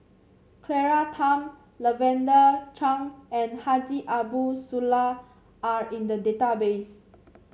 Claire Tham Lavender Chang and Haji Ambo Sooloh are in the database